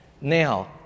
Now